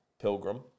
Pilgrim